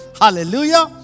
Hallelujah